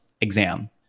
exam